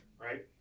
Right